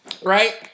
Right